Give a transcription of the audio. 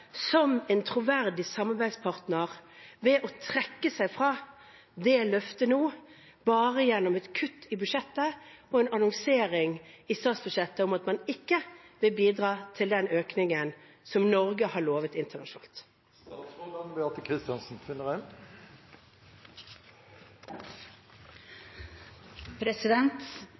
som en troverdig samarbeidspartner ved å trekke seg fra det løftet nå, bare gjennom et kutt i budsjettet og en annonsering i statsbudsjettet om at man ikke vil bidra til den økningen som Norge har lovet